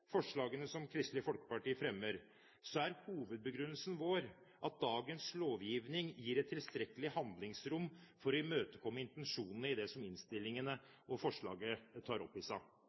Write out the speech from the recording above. forslagene som Kristelig Folkeparti fremmer, er hovedbegrunnelsen vår at dagens lovgivning gir et tilstrekkelig handlingsrom for å imøtekomme intensjonene i det som innstillingen og forslagene tar opp i seg.